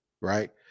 right